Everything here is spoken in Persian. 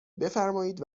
بفرمایید